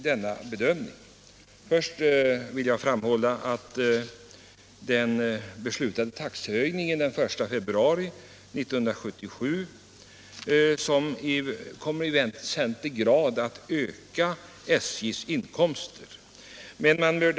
Jag vill först framhålla att den beslutade taxe höjningen den 1 februari i år kommer att väsentligt öka SJ:s inkomster.